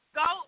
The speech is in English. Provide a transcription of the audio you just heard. go